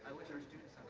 our students